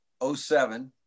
07